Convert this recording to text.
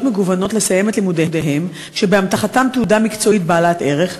מגוונות לסיים את לימודיהם כשבאמתחתם תעודה מקצועית בעלת ערך,